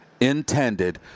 intended